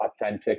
authentic